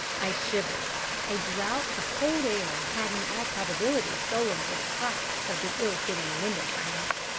i shivered a draught of cold air had in all probability stolen through the cracks of the ill-fitting window-frames.